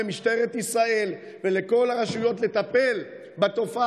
למשטרת ישראל ולכל הרשויות לטפל בתופעה